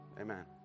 Amen